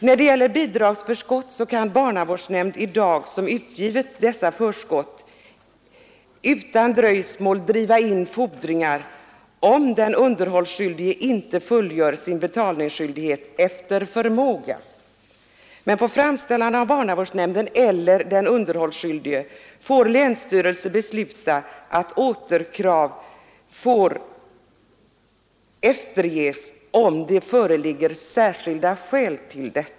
När det gäller bidragsförskott skall barnavårdsnämnd som utgivit förskott utan dröjsmål driva in fordringar om den underhållsskyldige inte fullgör sin betalningsskyldighet efter förmåga. På framställan av barnavårdsnämnden eller den underhållsskyldige får länsstyrelsen besluta att återkrav får efterges om det föreligger särskilda skäl till det.